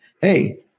hey